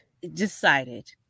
decided